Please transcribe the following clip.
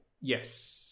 yes